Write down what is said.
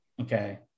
okay